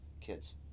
kids